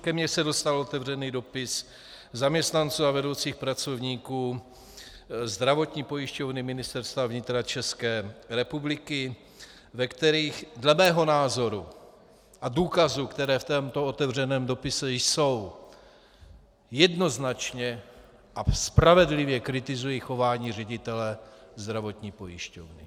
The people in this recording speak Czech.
Ke mně se dostal otevřený dopis zaměstnanců a vedoucích pracovníků Zdravotní pojišťovny Ministerstva vnitra ČR, ve kterém dle mého názoru a důkazů, které v tomto otevřeném dopise jsou, jednoznačně a spravedlivě kritizují chování ředitele zdravotní pojišťovny.